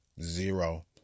Zero